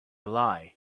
lie